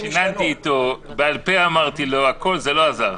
שיננתי איתו, בעל-פה אמרתי לו הכול, זה לא עזר.